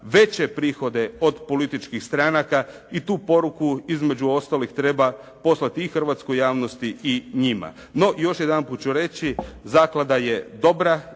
veće prihode od političkih stranaka i tu poruku, između ostalih, treba poslati i hrvatskoj javnosti i njima. No, još jedanput ću reći, zaklada je dobra